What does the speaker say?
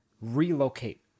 relocate